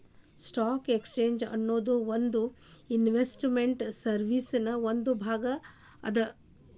stock exchange ಅನ್ನೊದು ಒಂದ್ investment ಸರ್ವೇಸಿನ್ ಒಂದ್ ಭಾಗ ಅದ